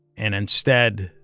and instead,